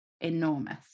enormous